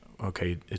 okay